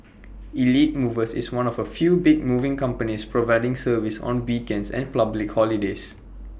elite movers is one of A few big moving companies providing service on weekends and public holidays